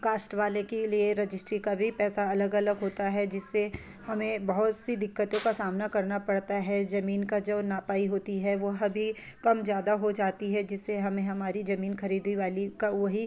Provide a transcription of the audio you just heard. cast वाले के लिए रजिस्ट्री का भी पैसा अलग अलग होता है जिससे हमें बहुत सी दिक़्क़तों का सामना करना पड़ता है ज़मीन की जो नपाई होती है वह भी कम ज़्यादा हो जाती है जिससे हमें हमारी ज़मीन खरीदी वाली का वही